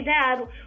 dad